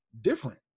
different